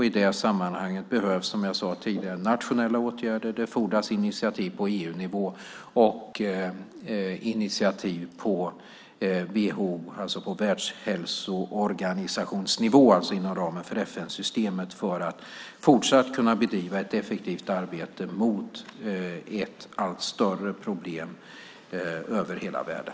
I det sammanhanget behövs, som jag sade tidigare, nationella åtgärder, initiativ på EU-nivå och initiativ på Världshälsoorganisationsnivå, det vill säga inom ramen för FN-systemet, för att fortsatt kunna bedriva ett effektivt arbete mot ett allt större problem över hela världen.